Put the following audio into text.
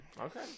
Okay